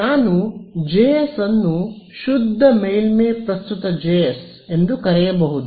ನಾನು ಜೆಎಸ್ ಅನ್ನು ಶುದ್ಧ ಮೇಲ್ಮೈ ಪ್ರಸ್ತುತ ಜೆಎಸ್ ಎಂದು ಕರೆಯಬಹುದು